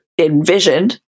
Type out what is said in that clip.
envisioned